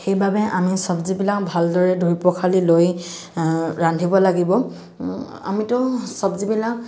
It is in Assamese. সেইবাবে আমি চবজিবিলাক ভালদৰে ধুই পখালি লৈ ৰান্ধিব লাগিব আমিটো চবজিবিলাক